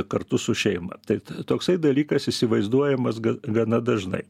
kartu su šeima tai toksai dalykas įsivaizduojamas ga gana dažnai